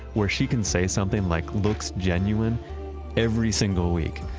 where she can say something like looks genuine every single week.